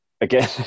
Again